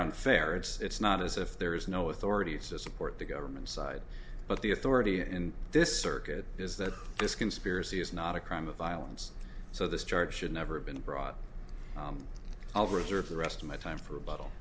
unfair it's not as if there is no authority to support the government's side but the authority in this circuit is that this conspiracy is not a crime of violence so this charge should never have been brought i'll reserve the rest of my time for a bottle